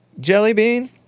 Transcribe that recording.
Jellybean